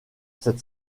cette